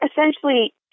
essentially